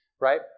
right